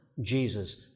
Jesus